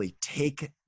take